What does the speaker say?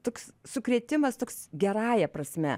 toks sukrėtimas toks gerąja prasme